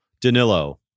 danilo